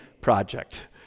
project